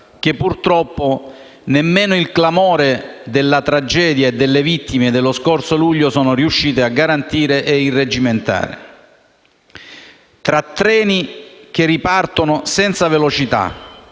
che purtroppo nemmeno il clamore della tragedia e le vittime dello scorso luglio sono riuscite a garantire e irreggimentare. Tra treni che ripartono senza velocità